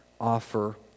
offer